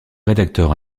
rédacteur